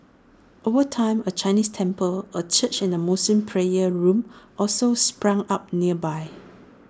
over time A Chinese temple A church and A Muslim prayer room also sprang up nearby